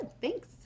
thanks